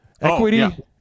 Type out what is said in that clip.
Equity